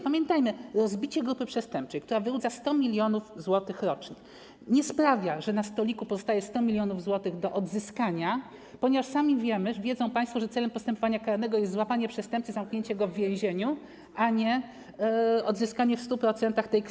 Pamiętajmy: rozbicie grupy przestępczej, która wyłudza 100 mln zł rocznie, nie sprawia, że na stoliku pozostaje 100 mln zł do odzyskania, ponieważ sami państwo wiedzą, że celem postępowania karnego jest złapanie przestępcy, zamknięcie go w więzieniu, a nie odzyskanie w 100% tej kwoty.